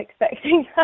expecting